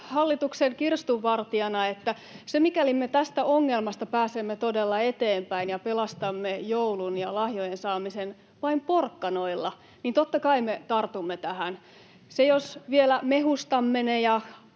hallituksen kirstunvartijana, että mikäli me tästä ongelmasta pääsemme todella eteenpäin ja pelastamme joulun ja lahjojen saamisen vain porkkanoilla, niin totta kai me tartumme tähän. Jos vielä mehustamme ne ja